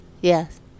yes